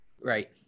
Right